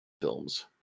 films